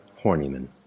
Horniman